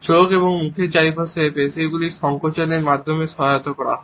চোখ এবং মুখের চারপাশে পেশীগুলির সংকোচনের মাধ্যমে সহায়তা করা হয়